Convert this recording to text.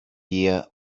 year